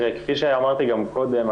כפי שאמרתי גם קודם,